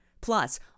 Plus